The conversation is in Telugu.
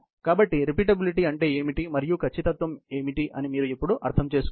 కాబట్టి రిపీటబిలిటీ అంటే ఏమిటి మరియు ఖచ్చితత్వం ఏమిటి అని మీరు ఇప్పుడు అర్థం చేసుకోవాలి